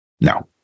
No